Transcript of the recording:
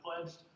pledged